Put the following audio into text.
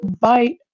bite